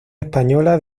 española